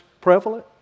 prevalent